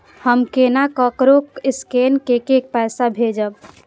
हम केना ककरो स्केने कैके पैसा भेजब?